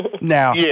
Now